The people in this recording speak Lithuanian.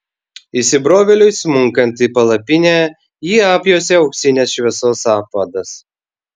įsibrovėliui smunkant į palapinę jį apjuosė auksinės šviesos apvadas